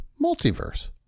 multiverse